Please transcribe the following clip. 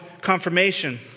confirmation